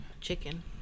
Chicken